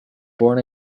born